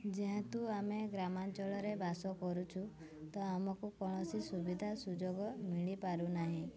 ଯେହେତୁ ଆମେ ଗ୍ରାମାଞ୍ଚଳରେ ବାସ କରୁଛୁ ତ ଆମକୁ କୌଣସି ସୁବିଧା ସୁଯୋଗ ମିଳିପାରୁନାହିଁ